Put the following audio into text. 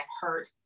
hurt